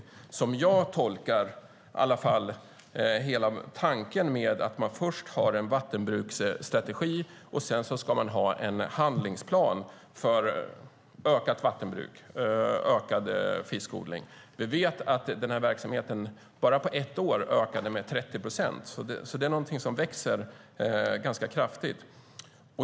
Det är så jag tolkar hela tanken med att man först har en vattenbruksstrategi och sedan ska ha en handlingsplan för ökat vattenbruk och ökad fiskodling. Vi vet att den här verksamheten bara på ett år ökade med 30 procent, så den växer ganska kraftigt.